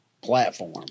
platform